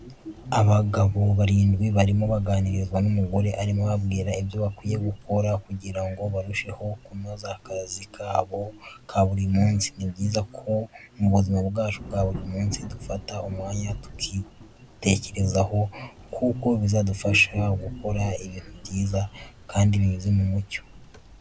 Abagabo barindwi barimo baganirizwa n'umugore arimo ababwira ibyo bakwiye gukora kugira ngo barusheho kunoza akazi kabo ka buri munsi. Ni byiza ko mubuzima bwacu bwa buri munsi dufata umwanya tukitekeraho kuko bizadufasha gukora ibintu byiza kandi binyuze mu mucyo.